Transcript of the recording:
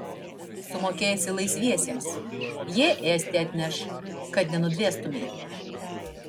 sumokėsi laisviesiems jie ėsti atneš kad nenudvėstumei